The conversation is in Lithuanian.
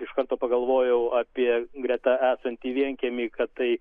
iš karto pagalvojau apie greta esantį vienkiemį kad tai